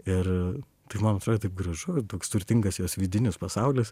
ir tai man atrodė taip gražu toks turtingas jos vidinis pasaulis